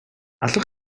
allwch